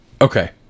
okay